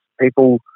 people